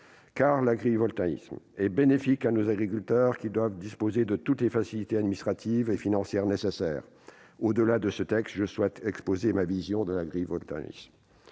L'agrivoltaïsme est bénéfique à nos agriculteurs, qui doivent disposer de toutes les facilités administratives et financières nécessaires. Au-delà de ce texte, je souhaite exposer ma vision de l'agrivoltaïsme.